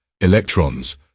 Electrons